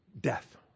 death